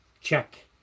check